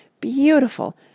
Beautiful